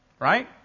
Right